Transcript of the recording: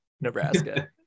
Nebraska